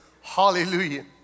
Hallelujah